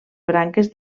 branques